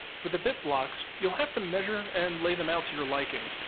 for the bit blocks, you'll have to measure and lay them out to your liking.